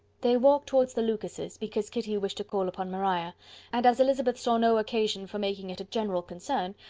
they walked towards the lucases, because kitty wished to call upon maria and as elizabeth saw no occasion for making it a general concern,